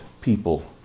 people